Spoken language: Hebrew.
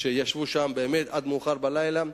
עד מאוחר בלילה.